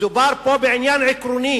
מדובר פה בעניין עקרוני